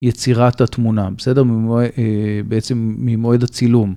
יצירת התמונה בסדר בעצם ממועד הצילום.